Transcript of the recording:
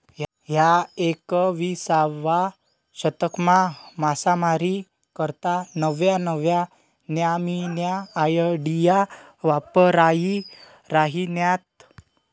ह्या एकविसावा शतकमा मासामारी करता नव्या नव्या न्यामीन्या आयडिया वापरायी राहिन्यात